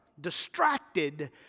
distracted